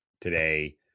today